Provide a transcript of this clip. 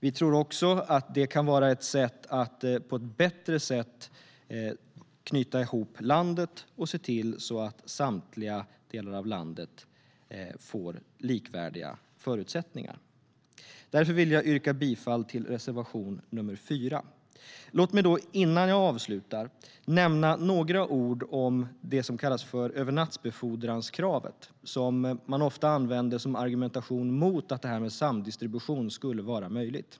Vi tror också att det kan vara ett sätt att bättre knyta ihop landet och se till att samtliga delar av landet får likvärdiga förutsättningar. Därför yrkar jag bifall till reservation 4. Låt mig avslutningsvis nämna några ord om det som kallas övernattsbefordranskravet, som man ofta använder som argument mot att samdistribution skulle vara möjlig.